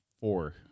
four